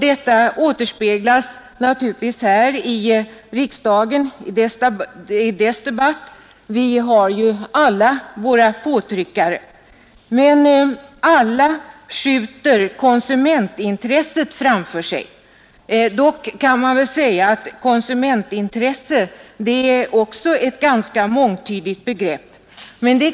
Detta återspeglas naturligtvis i debatterna här i riksdagen. Vi har ju alla våra påtryckare. Men alla skjuter konsumentintresset framför sig. Dock kan man väl säga att konsumentintresset är också ett ganska mångtydigt begrepp.